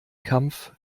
kampf